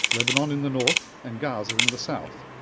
lebanon in the north and gaza in the south,